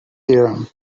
theorem